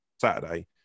Saturday